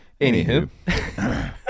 Anywho